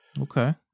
Okay